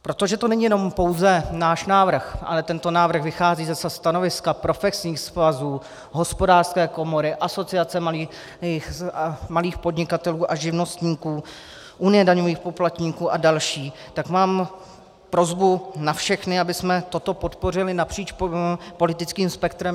Protože to není jenom pouze náš návrh, ale tento návrh vychází ze stanoviska profesních svazů, Hospodářské komory, Asociace malých podnikatelů a živnostníků, Unie daňových poplatníků a dalších, tak mám prosbu na všechny, abychom toto podpořili napříč politickým spektrem.